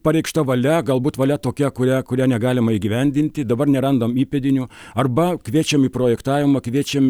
pareikšta valia galbūt valia tokia kurią kurią negalima įgyvendinti dabar nerandam įpėdinių arba kviečiam į projektavimą kviečiam